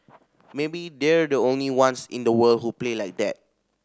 maybe they're the only ones in the world who play like that